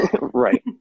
Right